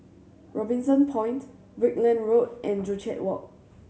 Robinson Point Brickland Road and Joo Chiat Walk